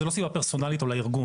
זו לא סיבה פרסונלית או לארגון,